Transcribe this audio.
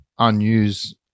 unused